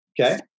Okay